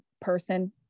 person